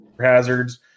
hazards